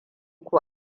ko